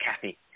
kathy